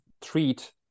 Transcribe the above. treat